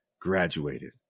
graduated